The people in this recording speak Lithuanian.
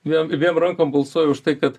dviem dviem rankom balsuoju už tai kad